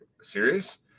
serious